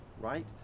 right